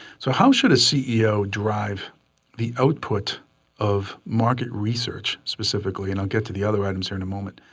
so how should a ceo drive the output of market research, specifically? and i'll get to the other items here in a moment.